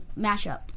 mashup